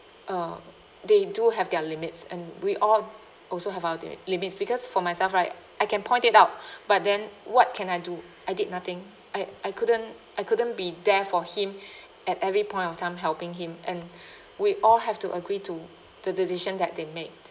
uh they do have their limits and we all also have our the limits because for myself right I can point it out but then what can I do I did nothing I I couldn't I couldn't be there for him at every point of time helping him and we all have to agree to the decision that they made